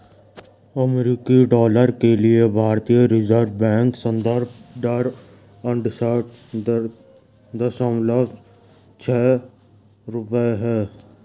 अमेरिकी डॉलर के लिए भारतीय रिज़र्व बैंक संदर्भ दर अड़सठ दशमलव छह रुपये है